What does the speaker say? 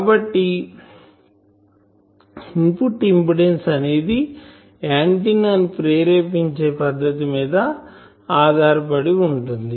కాబట్టి input impedance అనేది antenna ను ప్రేరేపించే పద్ధతి మీద ఆధారపడి వుంటుంది